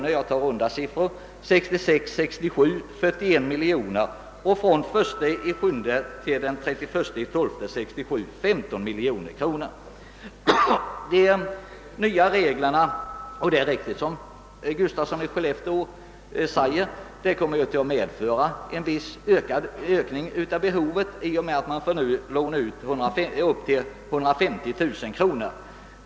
Under budgetåret 1966/67 uppgick utlåningarna till cirka 41 miljoner kronor, och från den 1 juli till 31 december 1967 lånade man ut cirka 15 miljoner kronor. Det är riktigt, som herr Gustafsson i Skellefteå säger, att de nya reglerna kommer att medföra en viss ökning av behovet, eftersom man nu får låna ut upp till 150 000 kronor.